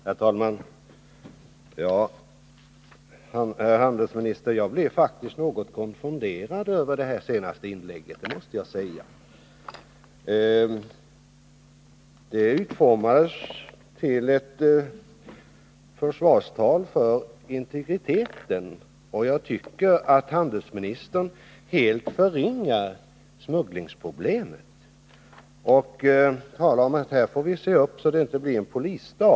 Herr talman! Jag måste säga att jag faktiskt blev något konfunderad över handelsministerns senaste inlägg. Det utformades till ett försvarstal för integriteten, och jag tycker att handelsministern helt förringar smugglingsproblemet, när han säger att vi får se upp, så att det inte blir en polisstat.